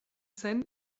zen